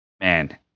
man